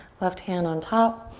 left hand on top.